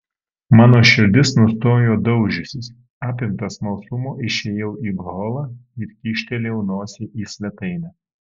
mano širdis nustojo daužiusis apimtas smalsumo išėjau į holą ir kyštelėjau nosį į svetainę